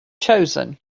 chosen